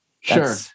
Sure